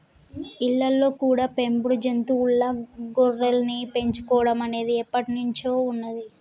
ఇళ్ళల్లో కూడా పెంపుడు జంతువుల్లా గొర్రెల్ని పెంచుకోడం అనేది ఎప్పట్నుంచో ఉన్నది